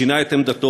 שינה את עמדתו?